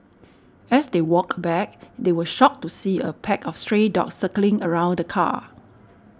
as they walked back they were shocked to see a pack of stray dogs circling around the car